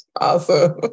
Awesome